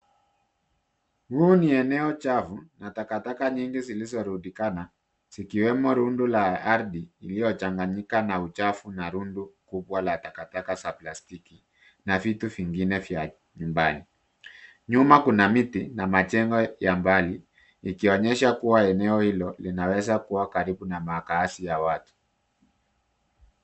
Huu ni eneo chafu na takataka nyingi zilizorundikana ,zikiwemo rundo la ardhi, iliyochanganyika na uchafu na rundo kubwa za takataka za plastiki na vitu vingine vya nyumbani. Nyuma kuna miti na majengo ya mbali ikionyesha kuwa eneo hilo linaweza kuwa karibu na makazi ya watu.